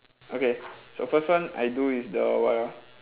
okay so first one I do is the what ah